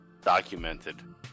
documented